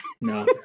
No